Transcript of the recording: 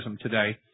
today